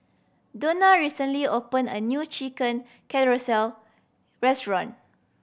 Donna recently opened a new Chicken Casserole restaurant